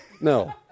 No